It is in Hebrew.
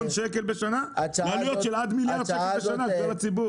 שקל בשנה לעלויות של עד מיליארד שקל בשנה לציבור.